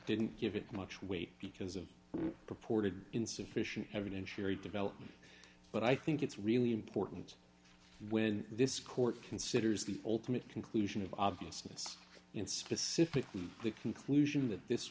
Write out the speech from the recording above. didn't give it much weight because of purported insufficient evidence sherry development but i think it's really important when this court considers the ultimate conclusion of obviousness and specifically the conclusion that this